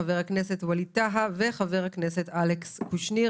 חבר הכנסת וליד טאהא וחבר הכנסת אלכס קושניר.